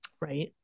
Right